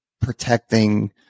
protecting